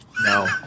No